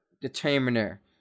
determiner